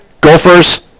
Gophers